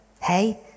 Hey